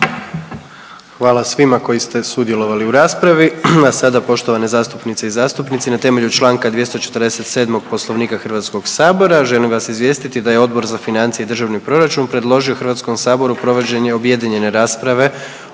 **Jandroković, Gordan (HDZ)** A sada poštovane zastupnice i zastupnici na temelju čl. 247. Poslovnika HS želim vas izvijestiti da je Odbor za financije i državni proračun predložio HS provođenje objedinjene rasprave